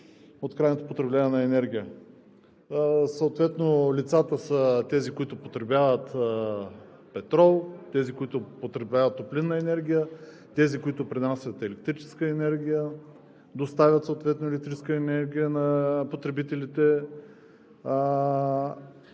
от крайното потребление на енергия. Съответно лицата са, които потребяват петрол, топлинна енергия, тези, които пренасят електрическа енергия, доставят съответно електрическа енергия на потребителите,